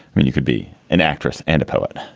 mean, you could be an actress and a poet.